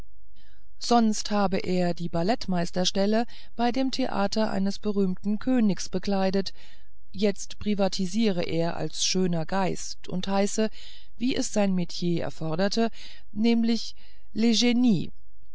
sonst habe er die ballettmeisterstelle bei dem theater eines berühmten königs bekleidet jetzt privatisiere er als schöner geist und heiße wie es sein metier erfordere nämlich legnie